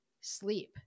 sleep